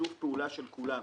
לשיתוף פעולה של כולם.